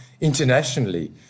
internationally